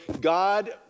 God